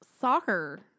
soccer